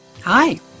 Hi